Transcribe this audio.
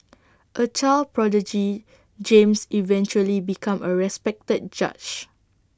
A child prodigy James eventually became A respected judge